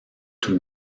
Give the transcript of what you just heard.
tout